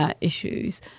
issues